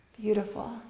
beautiful